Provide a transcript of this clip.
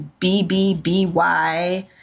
BBBY